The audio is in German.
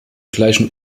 gleichen